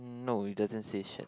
no it doesn't say shed